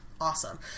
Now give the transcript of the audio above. awesome